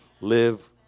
Live